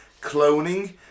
cloning